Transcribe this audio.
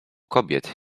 kobiet